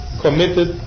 committed